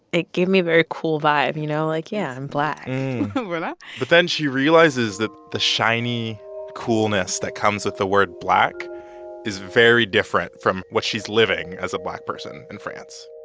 it gave me a very cool vibe, you know, like, yeah, i'm black you know but then she realizes that the shiny coolness that comes with the word black is very different from what she's living as a black person in france.